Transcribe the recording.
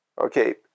okay